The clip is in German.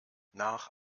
nach